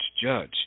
judge